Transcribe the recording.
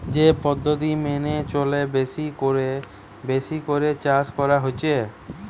যে পদ্ধতি মেনে চলে বেশি কোরে বেশি করে চাষ করা হচ্ছে